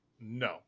no